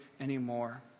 anymore